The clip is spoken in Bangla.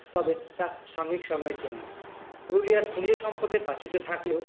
তবে তা সাময়িক সময়ের জন্যই পুরুলিয়ায় খনিজ সম্পদের প্রাচুর্য থাকলেও